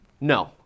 No